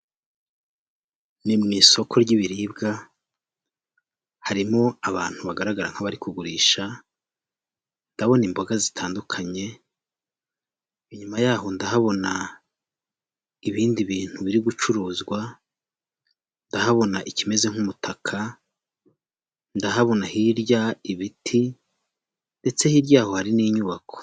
Ni mu isoko ry'ibiribwa harimo abantu bagaragara ko bari kugurisha, ndabona imboga zitandukanye, inyuma yaho ndahabona ibindi bintu biri gucuruzwa ,ndahabona ikimeze nk'umutaka ,ndahabona hirya ibiti ndetse hirya yaho hari n'inyubako.